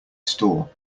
store